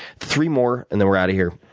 three more and then we're out of here.